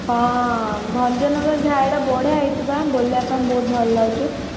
ହଁ ଭଞ୍ଜନଗର ଘାଇଟା ବଢ଼ିଆ ହେଇଛି ବା ବୁଲିବା ପାଇଁ ବହୁତ ଭଲ ଲାଗୁଛି